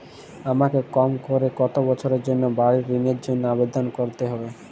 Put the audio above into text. আমাকে কম করে কতো বছরের জন্য বাড়ীর ঋণের জন্য আবেদন করতে হবে?